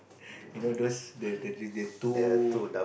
you know those the the the two